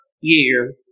year